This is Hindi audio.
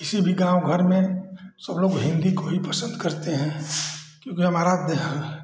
किसी भी गाँव घर में सब लोग हिन्दी को ही पसन्द करते हैं क्योंकि हमारा